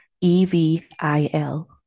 E-V-I-L